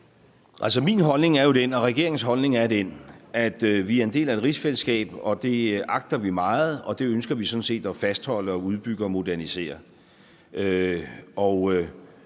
min holdning er den, og regeringens holdning er den, at vi er en del af et rigsfællesskab. Det agter vi meget, og det ønsker vi sådan set at fastholde og udbygge og modernisere.